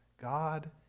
God